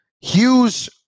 Hughes